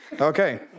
Okay